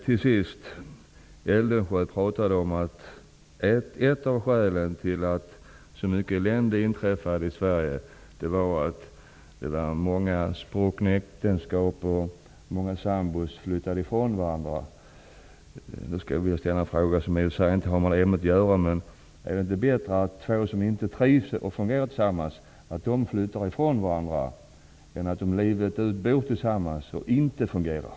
Kjell Eldensjö sade att ett av skälen till att så mycket elände inträffade i Sverige var många spruckna äktenskap och att många sambor flyttade ifrån varandra. Jag skulle vilja ställa en fråga som inte har med ämnet att göra. Är det inte bättre att två som inte trivs och fungerar tillsammans flyttar ifrån varandra, än att de livet ut bor tillsammans och inte fungerar?